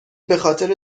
بخاطر